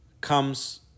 comes